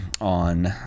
on